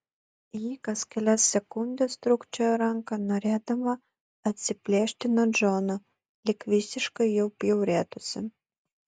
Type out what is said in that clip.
ji kas kelias sekundes trūkčiojo ranką norėdama atsiplėšti nuo džono lyg visiškai juo bjaurėtųsi